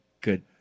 good